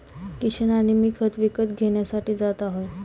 किशन आणि मी खत विकत घेण्यासाठी जात आहे